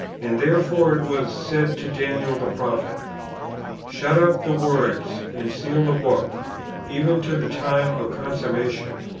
and therefore it was said to daniel the prophet shut up the words, and seal the book even to the time of consumma tion,